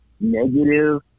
negative